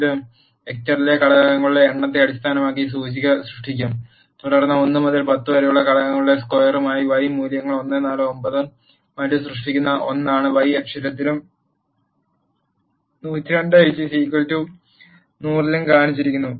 ഇത് വെക്റ്ററിലെ ഘടകങ്ങളുടെ എണ്ണത്തെ അടിസ്ഥാനമാക്കി സൂചിക സൃഷ്ടിക്കും തുടർന്ന് 1 മുതൽ 10 വരെയുള്ള ഘടകങ്ങളുടെ സ്ക്വയറുകളായ y മൂല്യങ്ങൾ 1 4 9 ഉം മറ്റും സൃഷ്ടിക്കും ഓണാണ് y അക്ഷത്തിലും 102 100 ലും കാണിച്ചിരിക്കുന്നു